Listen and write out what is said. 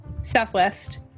Southwest